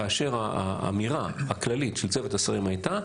כאשר האמירה הכללית של צוות השרים הייתה,